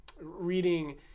reading